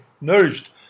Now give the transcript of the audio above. nourished